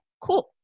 cool